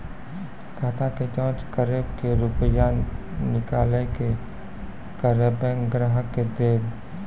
खाता के जाँच करेब के रुपिया निकैलक करऽ बैंक ग्राहक के देब?